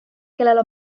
kellele